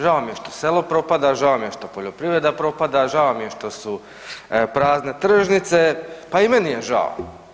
Žao mi je što selo propada, žao mi je što poljoprivreda propada, žao mi je što su prazne tržnice, pa i meni je žao.